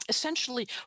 essentially